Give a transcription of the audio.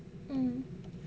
mm